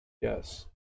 yes